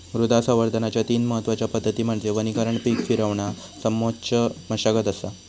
मृदा संवर्धनाच्या तीन महत्वच्या पद्धती म्हणजे वनीकरण पीक फिरवणा समोच्च मशागत असा